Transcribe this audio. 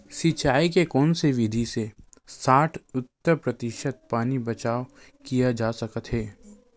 सिंचाई के कोन से विधि से साठ सत्तर प्रतिशत पानी बचाव किया जा सकत हे?